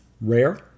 rare